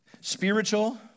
spiritual